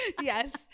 Yes